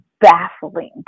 baffling